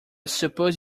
suppose